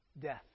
death